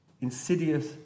insidious